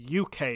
uk